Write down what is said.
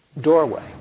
doorway